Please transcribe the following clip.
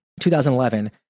2011